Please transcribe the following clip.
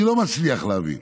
אני לא מצליח להבין.